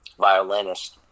violinist